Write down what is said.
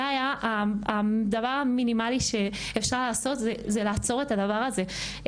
היה הדבר המינימלי שאפשר לעשות זה לעצור את הדבר הזה.